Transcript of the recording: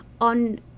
on